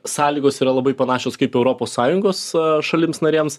sąlygos yra labai panašios kaip europos sąjungos šalims narėms